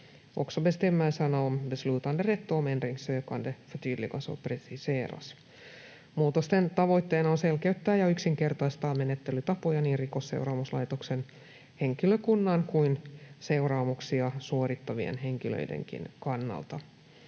Muutosten tavoitteena on selkeyttää ja yksinkertaistaa menettelytapoja niin Rikosseuraamuslaitoksen henkilökunnan kuin seuraamuksia suorittavien henkilöidenkin kannalta.